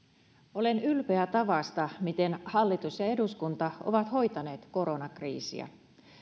olen ylpeä tavasta miten hallitus ja eduskunta ovat hoitaneet koronakriisiä